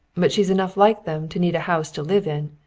but she's enough like them to need a house to live in.